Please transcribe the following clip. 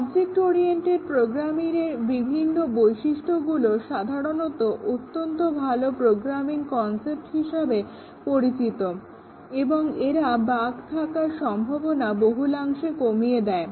object oriented প্রোগ্রামিয়ের বিভিন্ন বৈশিষ্ট্যগুলো সাধারণত অত্যন্ত ভালো প্রোগ্রামিং কনসেপ্ট হিসাবে পরিচিত এবং এরা বাগ্ থাকার সম্ভাবনা বহুলাংশে কমিয়ে দেয়